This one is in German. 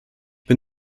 bin